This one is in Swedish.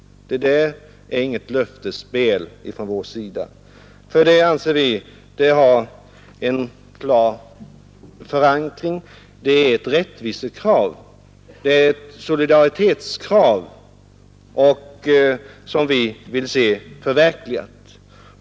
Men det är inget löftesspel från vår sida, utan vi anser att det kravet har en klar förankring — det är ett rättvisekrav, ett solidaritetskrav och en målsättning som vi vill se förverkligad.